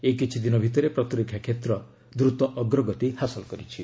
ଏଇ କିଛିଦିନ ଭିତରେ ପ୍ରତିରକ୍ଷା କ୍ଷେତ୍ର ଦ୍ରୁତ ଅଗ୍ରଗତି ହାସଲ କରିଛି